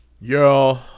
yo